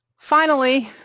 finally,